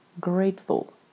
grateful